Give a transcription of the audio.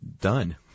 Done